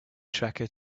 tracker